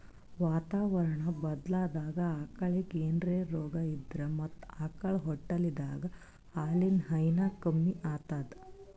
ವಾತಾವರಣಾ ಬದ್ಲಾದಾಗ್ ಆಕಳಿಗ್ ಏನ್ರೆ ರೋಗಾ ಇದ್ರ ಮತ್ತ್ ಆಕಳ್ ಹೊಟ್ಟಲಿದ್ದಾಗ ಹಾಲಿನ್ ಹೈನಾ ಕಮ್ಮಿ ಆತದ್